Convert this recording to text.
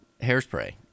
hairspray